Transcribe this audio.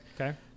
Okay